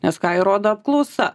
nes ką ir rodo apklausa